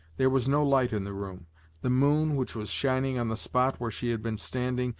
there was no light in the room the moon, which was shining on the spot where she had been standing,